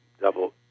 double